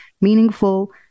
meaningful